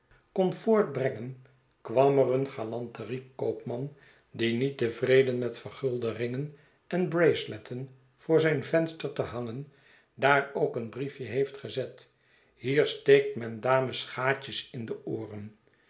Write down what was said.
kon voortbrengen kwam er een galanterie koopman die niet tevreden met vergulde ringen en braceletten voor zijn venster te hangen daar ook een briefje heeft gezet hier steekt men dames gaatjes in de ooren